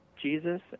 Jesus